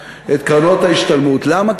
למה?